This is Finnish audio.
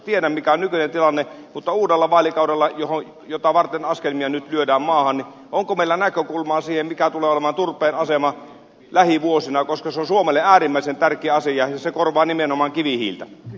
tiedän mikä on nykyinen tilanne mutta onko meillä uudella vaalikaudella jota varten askelmia nyt lyödään maahan näkökulmaa siihen mikä tulee olemaan turpeen asema lähivuosina koska se on suomelle äärimmäisen tärkeä asia ja se korvaa nimenomaan kivihiiltä